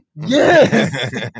Yes